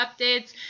updates